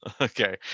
Okay